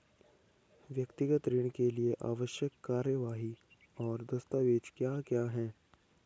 व्यक्तिगत ऋण के लिए आवश्यक कार्यवाही और दस्तावेज़ क्या क्या हैं?